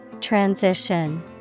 Transition